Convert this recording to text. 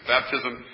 Baptism